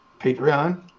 Patreon